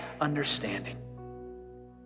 understanding